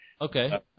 Okay